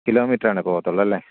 കിലോമീറ്ററാണ് പോകത്തുള്ളു അല്ലേ